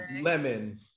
lemon